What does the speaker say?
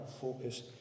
focus